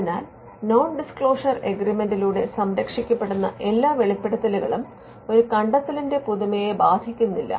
അതിനാൽ non disclosure എഗ്രിമെന്റിലൂടെ സംരക്ഷിക്കെപ്പെടുന്ന എല്ലാ വെളിപ്പെടുത്തലുകളും ഒരു കണ്ടെത്തലിന്റെ പുതുമയെ ബാധിക്കുന്നില്ല